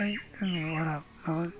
ओमफ्राय जोङो बारा माबा गैया